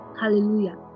hallelujah